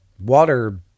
water